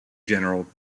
general